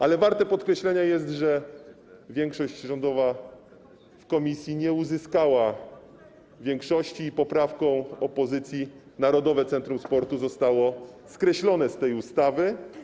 Ale warte podkreślenia jest, że większość rządowa w komisji nie uzyskała większości i poprawką opozycji Narodowe Centrum Sportu zostało skreślone z tej ustawy.